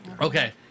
Okay